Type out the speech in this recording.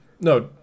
No